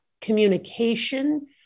communication